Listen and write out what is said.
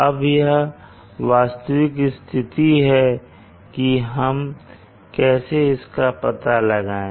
अब यह वास्तविक स्थिति है कि हम कैसे इसका पता लगाएं